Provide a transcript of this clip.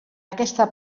aquesta